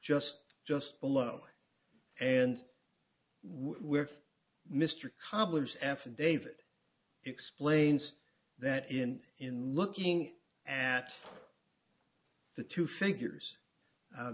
just just below and we're mr cobbler's affidavit explains that in in looking at the two figures